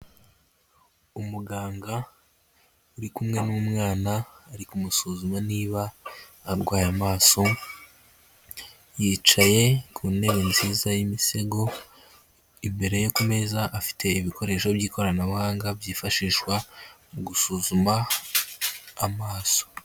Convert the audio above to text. Umuganga uri kumwe n'umwana ari kumusuzuma niba arwaye amaso, yicaye ku ntebe nziza y'imisego, imbere ye ku meza afite ibikoresho by'ikoranabuhanga byifashishwa mu gusuzuma amaso.